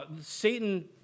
Satan